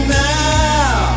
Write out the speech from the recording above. now